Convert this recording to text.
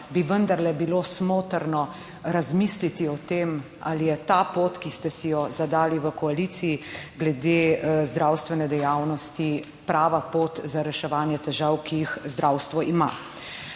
bi vendarle bilo smotrno razmisliti o tem, ali je ta pot, ki ste si jo zadali v koaliciji glede zdravstvene dejavnosti, prava pot za reševanje težav, ki jih zdravstvo ima.